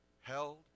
held